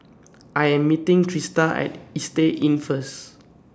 I Am meeting Trista At Istay Inn First